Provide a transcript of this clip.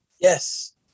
Yes